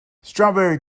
strawberry